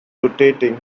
rotating